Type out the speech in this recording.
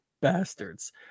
bastards